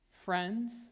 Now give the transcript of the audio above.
friends